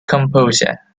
composer